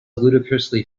ludicrously